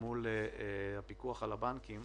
מול הפיקוח על הבנקים.